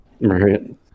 Right